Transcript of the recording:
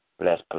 Bless